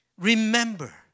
remember